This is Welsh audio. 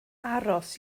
aros